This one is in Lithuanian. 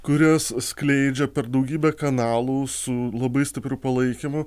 kurias skleidžia per daugybę kanalų su labai stipriu palaikymu